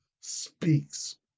speaks